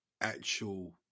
actual